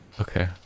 Okay